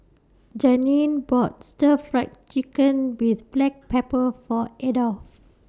Janeen bought Stir Fry Chicken with Black Pepper For Adolf